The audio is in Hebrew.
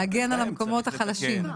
להגן על המקומות החלשים.